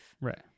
Right